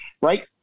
Right